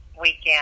weekend